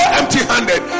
empty-handed